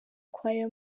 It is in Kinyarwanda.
choir